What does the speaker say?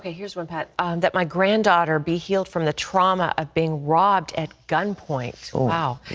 ah here's one, pat. um that my granddaughter be healed from the trauma of being robbed at gunpoint. wow.